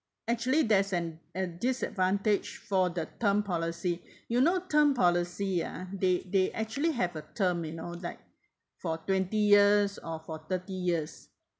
actually there's an a disadvantage for the term policy you know term policy ya they they actually have a term you know that for twenty years or for thirty years